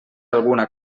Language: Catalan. alguna